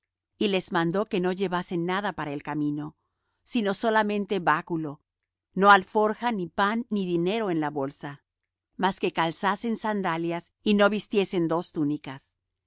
y les mandó que no llevasen nada para el camino sino solamente báculo no alforja ni pan ni dinero en la bolsa mas que calzasen sandalias y no vistiesen dos túnicas